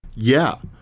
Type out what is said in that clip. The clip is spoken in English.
yeah.